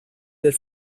del